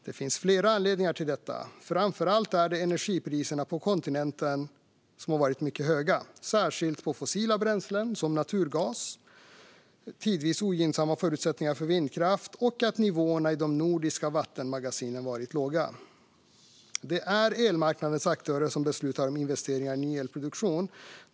Det finns flera anledningar till detta, framför allt att energipriserna på kontinenten varit mycket höga, särskilt på fossila bränslen som naturgas, tidvis ogynnsamma förutsättningar för vindkraft och att nivåerna i de nordiska vattenmagasinen har varit låga. Det är elmarknadens aktörer som beslutar om investeringar i ny elproduktion.